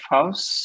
House